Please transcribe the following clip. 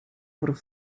voor